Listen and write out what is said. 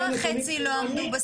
הם לא מושלמים ונורא קשה לומר אותם,